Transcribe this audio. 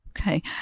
Okay